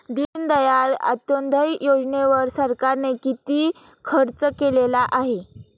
दीनदयाळ अंत्योदय योजनेवर सरकारने किती खर्च केलेला आहे?